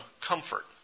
comfort